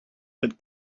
that